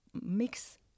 mix